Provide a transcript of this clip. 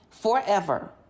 forever